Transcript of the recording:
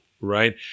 right